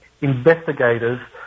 investigators